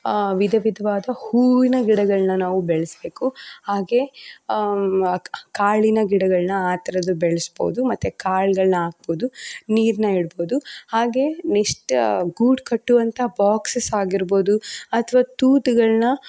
ವಿಧ ವಿಧವಾದ ಹೂವಿನ ಗಿಡಗಳನ್ನ ನಾವು ಬೆಳೆಸ್ಬೇಕು ಹಾಗೆ ಕಾಳಿನ ಗಿಡಗಳನ್ನ ಆ ಥರದ್ದು ಬೆಳೆಸ್ಬೋದು ಮತ್ತೆ ಕಾಳುಗಳನ್ನ ಹಾಕ್ಬೋದು ನೀರನ್ನ ಇಡ್ಬೋದು ಹಾಗೆ ನೆಶ್ಟ ಗೂಡು ಕಟ್ಟುವಂಥ ಬಾಕ್ಸಸ್ಸಾಗಿರ್ಬೋದು ಅಥ್ವಾ ತೂತುಗಳನ್ನ